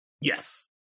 Yes